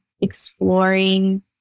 exploring